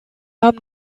haben